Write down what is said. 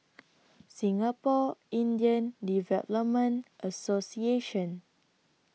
Singapore Indian Development Association